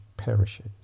perishes